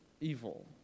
evil